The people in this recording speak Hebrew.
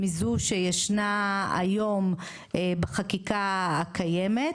מזו שישנה היום בחקיקה הקיימת,